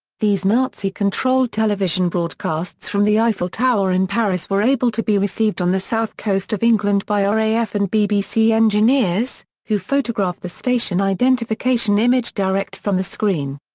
these nazi-controlled television broadcasts from the eiffel tower in paris were able to be received on the south coast of england by r a f. and bbc engineers, who photographed the station identification image direct from the screen.